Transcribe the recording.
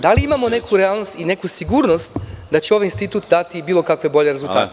Da li imamo neku realnost i neku sigurnost da će ovaj institut dati bilo kakve bolje rezultate.